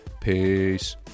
Peace